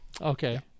okay